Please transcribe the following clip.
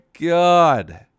God